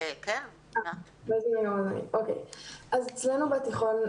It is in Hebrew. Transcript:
אז אצלנו בתיכון,